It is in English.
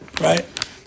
Right